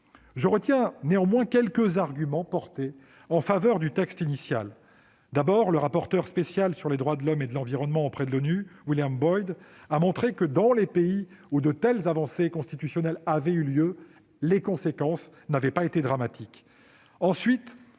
Je retiens néanmoins quelques arguments portés en faveur du texte initial. D'abord, le rapporteur spécial des Nations unies sur les droits de l'homme et l'environnement, David Boyd, a montré que, dans les pays où de telles avancées constitutionnelles avaient eu lieu, les conséquences n'avaient pas été dramatiques.